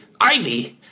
Ivy